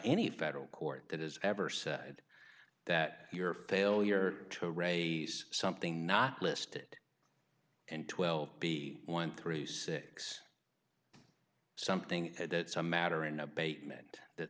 any federal court that has ever said that your failure to raise something not listed and twelve be one through six something that's a matter an abatement that